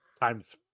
Times